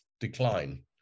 decline